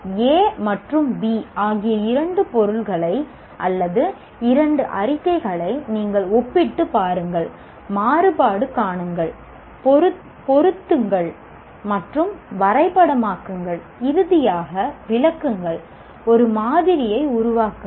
A மற்றும் B ஆகிய இரண்டு பொருள்களை அல்லது இரண்டு அறிக்கைகளை நீங்கள் ஒப்பிட்டுப் பாருங்கள் மாறுபாடு காணுங்கள் பொருத்துங்கள் மற்றும் வரைபடமாக்குங்கள் இறுதியாக விளக்குங்கள் ஒரு மாதிரியை உருவாக்குங்கள்